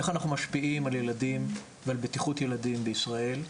איך אנחנו משפיעים על ילדים ועל בטיחות ילדים בישראל,